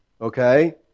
okay